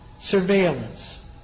surveillance